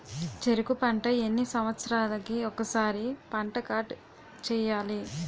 చెరుకు పంట ఎన్ని సంవత్సరాలకి ఒక్కసారి పంట కార్డ్ చెయ్యాలి?